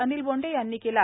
अनिल बोंडे यांनी केला